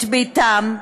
את ביתן,